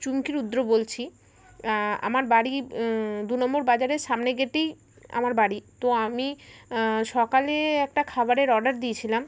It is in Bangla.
চুমকি রুদ্র বলছি আমার বাড়ি দু নম্বর বাজারের সামনে গেটেই আমার বাড়ি তো আমি সকালে একটা খাবারের অর্ডার দিয়েছিলাম